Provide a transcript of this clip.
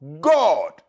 God